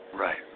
Right